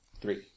Three